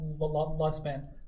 lifespan